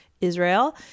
Israel